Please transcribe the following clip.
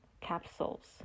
capsules